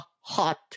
hot